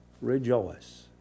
rejoice